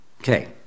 Okay